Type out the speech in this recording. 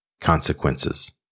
consequences